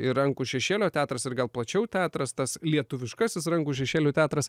ir rankų šešėlio teatras ir gal plačiau teatras tas lietuviškasis rankų šešėlių teatras